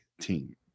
team